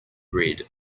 red